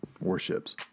warships